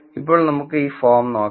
ഇപ്പോൾ നമുക്ക് ഈ ഫോം നോക്കാം